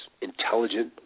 intelligent